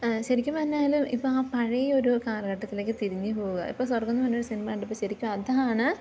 ശരിക്കും പറഞ്ഞാൽ ഇപ്പം ആ പഴയൊരു കാലഘട്ടത്തിലേക്ക് തിരിഞ്ഞു പോകുക ഇപ്പം സ്വർഗ്ഗമെന്നു പറയുന്ന ഒരു സിനിമ കണ്ടപ്പോൾ ശരിക്കും അതാണ്